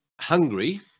Hungary